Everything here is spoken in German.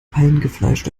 eingefleischte